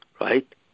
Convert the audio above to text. right